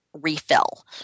refill